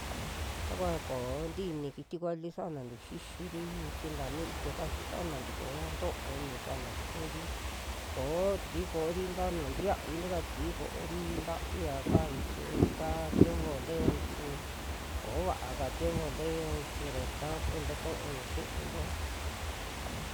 takua koo ti'ini kiti vali sanantu xixiri, vichi nta ni itia kaxi sanantu koo ntoo ini sanantu teeri, ko'o tikui koori nta nuu tiavi taka tikui koori, tavia kaa vichi ka tiempo te'eo vichi koo va'aka tiempo teo vichi ra, yakaa ku tatuui xi'into.